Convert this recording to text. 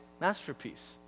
masterpiece